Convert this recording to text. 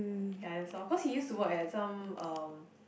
ya that's all cause he used to work at some um